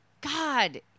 God